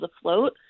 afloat